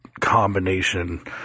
combination